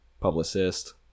publicist